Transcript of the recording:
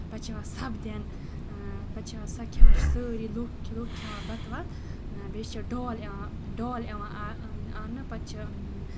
پَتہٕ چھُ یِوان سب دِنہٕ پَتہٕ چھُ یِوان کھیٚوان چھِ سٲری لُکھ لُکھ کھیٚوان بَتہٕ وَتہٕ بیٚیہِ چھُ ڈول یِوان ڈول یِوان اَننہٕ پَتہٕ چھِ